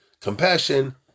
compassion